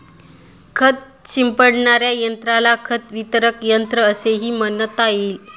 खत शिंपडणाऱ्या यंत्राला खत वितरक यंत्र असेही म्हणता येईल